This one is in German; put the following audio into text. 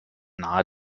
nahe